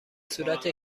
صورت